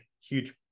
huge